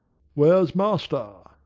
where's master?